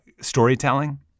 storytelling